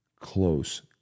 close